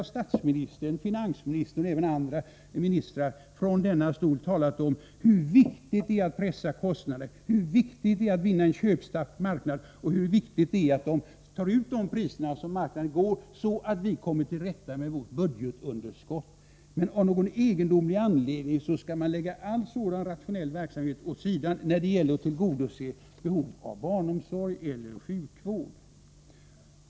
Statsministern, finansministern och andra ministrar har från denna talarstol framhållit hur viktigt det är att pressa ned kostnaderna, att vinna en köpstark marknad och att ta ut de priser som marknaden tillåter för att vi skall kunna komma till rätta med vårt budgetunderskott. Men av någon egendomlig anledning skall man så att säga lägga all rationell verksamhet åt sidan när det gäller att tillgodose behovet av barnomsorgen eller sjukvård.